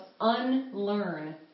unlearn